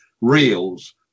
reels